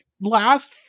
last